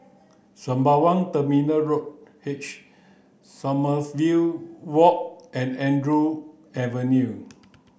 Sembawang Terminal Road H Sommerville Walk and Andrew Avenue